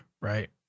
right